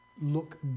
Look